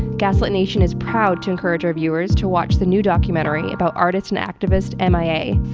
gaslit nation is proud to encourage our viewers to watch the new documentary about artist and activist m. i. a,